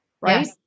Right